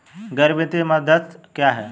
गैर वित्तीय मध्यस्थ क्या हैं?